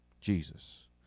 Jesus